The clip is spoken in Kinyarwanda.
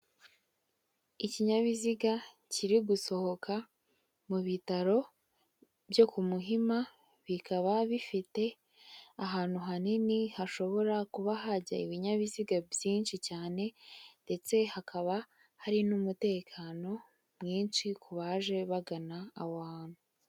Ikinyabiziga kiri gusohoka mu bitaro byo ku Muhima bikaba bifite ahantu hanini hashobora kuba hajya ibinyabiziga byinshi cyane ndetse hakaba hari n'umutekano mwinshi ku baje bagana aho hantu.